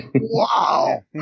Wow